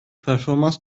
performans